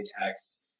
text